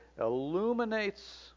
illuminates